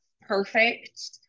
perfect